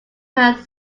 man